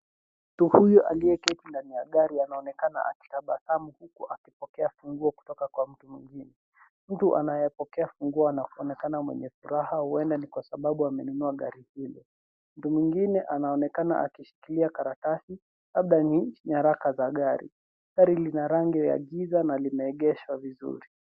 Mtu huyu aliyeketi ndani ya gari anaonekana akitabasamu huku akipokea funguo kutoka kwa mtu mwingine. Mtu anayepokea funguo anaonekana mwenye furaha au huenda ni kwa sababu amenunua gari hilo. Mtu mwingine anaonekana anashikilia karatasi labda ni nyaraka za gari. Gari lina rangi ya giza na limeegeshwa vizuri.